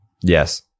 Yes